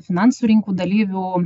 finansų rinkų dalyvių